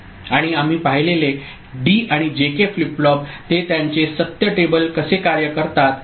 आणि आम्ही पाहिलेले डी आणि जे के फ्लिप फ्लॉप ते त्यांचे सत्य टेबल कसे कार्य करतात